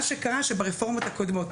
הם נפלטו ברפורמות הקודמות,